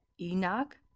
Enoch